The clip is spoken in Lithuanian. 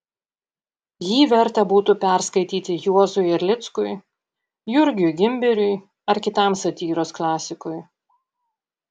jį verta būtų perskaityti juozui erlickui jurgiui gimberiui ar kitam satyros klasikui